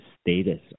status